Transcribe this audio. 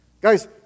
Guys